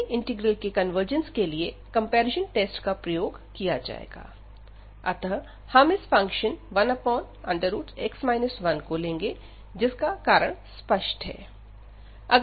पहले इंटीग्रल के कन्वर्जेंस के लिए कंपैरिजन टेस्ट का प्रयोग किया जाएगा अतः हम इस फंक्शन 1x 1 को लेंगे जिस का कारण स्पष्ट है